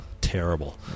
terrible